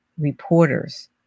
reporters